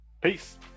Peace